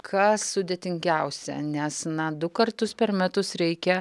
kas sudėtingiausia nes na du kartus per metus reikia